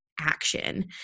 action